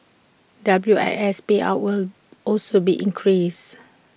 W I S payouts will also be increased